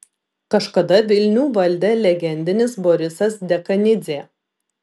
kažkada vilnių valdė legendinis borisas dekanidzė